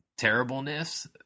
terribleness